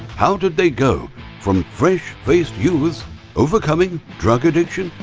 how did they go from fresh-faced youths, overcoming drug addiction,